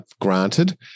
Granted